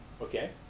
Okay